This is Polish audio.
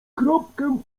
kropkę